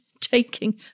taking